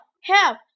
Help